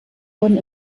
wurden